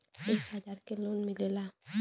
एक हजार के लोन मिलेला?